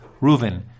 Reuven